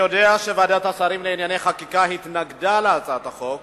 אני יודע שוועדת השרים לענייני חקיקה התנגדה להצעת החוק,